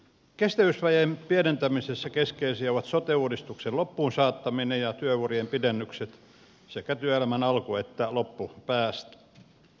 kestävyysvajeen pienentämisessä keskeisiä ovat sote uudistuksen loppuun saattaminen ja työurien pidennykset sekä työelämän alku että loppupäästä